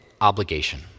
obligation